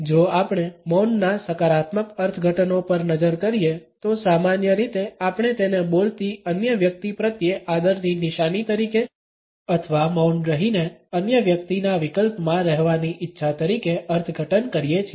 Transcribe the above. જો આપણે મૌનના સકારાત્મક અર્થઘટનો પર નજર કરીએ તો સામાન્ય રીતે આપણે તેને બોલતી અન્ય વ્યક્તિ પ્રત્યે આદરની નિશાની તરીકે અથવા મૌન રહીને અન્ય વ્યક્તિના વિકલ્પમાં રહેવાની ઇચ્છા તરીકે અર્થઘટન કરીએ છીએ